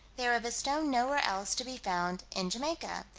they are of a stone nowhere else to be found in jamaica.